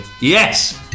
Yes